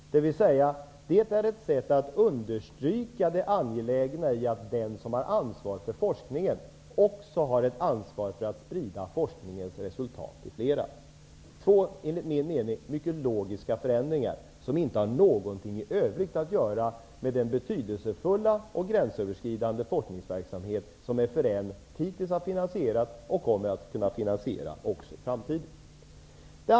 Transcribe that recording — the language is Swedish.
Det är ett sätt att understryka det angelägna i att den som har ansvaret för viss forskning också har ansvaret att sprida forskningens resultat. Det här är två, enligt min mening, mycket logiska förändringar, som inte i övrigt har något att göra med den betydelsefulla och gränsöverskridande forskningsverksamhet som FRN hittills har finanserat, och som FRN kommer att kunna finansiera även i framtiden.